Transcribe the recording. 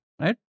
right